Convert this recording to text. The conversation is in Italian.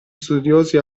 studiosi